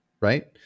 right